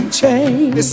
change